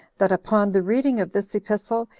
that upon the reading of this epistle,